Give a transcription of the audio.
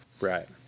right